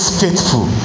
faithful